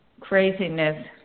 Craziness